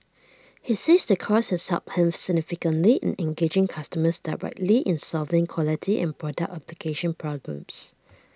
he says the course has helped him significantly in engaging customers directly in solving quality and product application problems